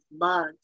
love